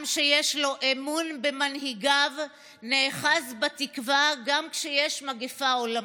עם שיש לו אמון במנהיגיו נאחז בתקווה גם כשיש מגפה עולמית,